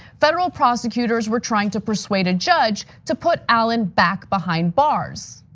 federal prosecutors were trying to persuade a judge to put allen back behind bars.